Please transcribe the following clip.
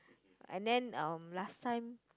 and then um last time